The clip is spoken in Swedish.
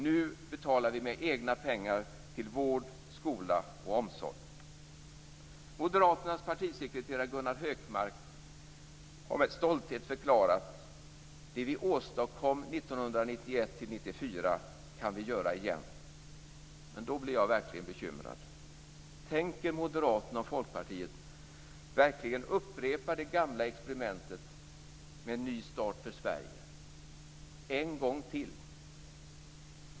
Nu betalar vi med egna pengar till vård, skola och omsorg. Moderaternas partisekreterare Gunnar Hökmark har med stolthet förklarat följande: Det vi åstadkom 1991-1994 kan vi göra igen. Men då blir jag verkligen bekymrad. Tänker Moderaterna och Folkpartiet verkligen upprepa det gamla experimentet med en ny start för Sverige en gång till?